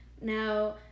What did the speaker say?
now